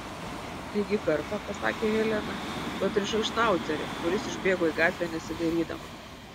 taigi kartą pasakė helena tu atrišai šnaucerį kuris išbėgo į gatvę nesidairydamas